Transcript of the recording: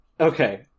Okay